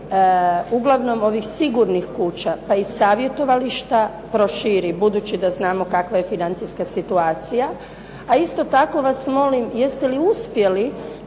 uglavnom ovih sigurnih kuća pa i savjetovališta proširi budući da znamo kakva je financijska situacija. A isto tako vas molim jeste li uspjeli